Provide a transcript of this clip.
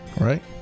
Right